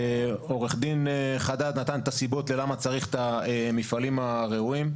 עו"ד חדאד נתן את הסיבות ללמה צריך את המפעלים הראויים.